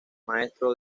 maestro